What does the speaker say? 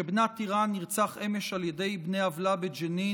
שבנה טירן נרצח אמש על ידי בני עוולה בג'נין,